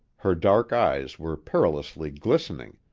her dark eyes were perilously glistening.